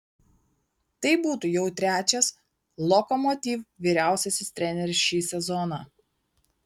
tai būtų jau trečias lokomotiv vyriausiasis treneris šį sezoną